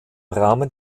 rahmen